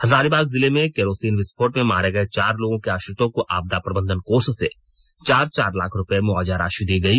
हजारीबाग जिले में केरोसिन विस्फोट में मारे गए चार लोगों के आश्रितों को आपदा प्रबंधन कोष से चार चार लाख रुपए मुआवजा राशि दी गई